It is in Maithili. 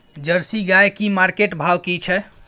जर्सी गाय की मार्केट भाव की छै?